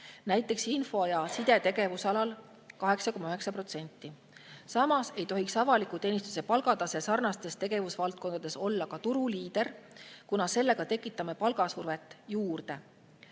näiteks info ja side tegevusalal 8,9%. Samas ei tohiks avaliku teenistuse palgatase sarnastes tegevusvaldkondades olla ka turuliider, kuna sellega tekitaksime palgasurvet juurde.